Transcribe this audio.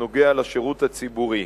בנוגע לשירות הציבורי,